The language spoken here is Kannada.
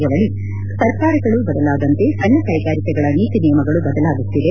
ಜವಳಿ ಸರ್ಕಾರಗಳು ಬದಲಾದಂತೆ ಸಣ್ಣ ಕೈಗಾರಿಕೆಗಳ ನೀತಿ ನಿಯಮಗಳು ಬದಲಾಗುತ್ತಿದೆ